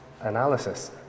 analysis